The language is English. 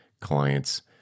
Clients